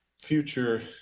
future